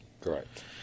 Correct